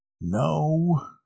no